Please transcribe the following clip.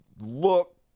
look